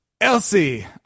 Elsie